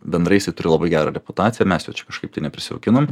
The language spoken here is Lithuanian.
bendrai jisai turi labai gerą reputaciją mes jo čia kažkaip tai neprisijaukinom